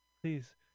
please